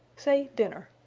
say, dinner.